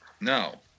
No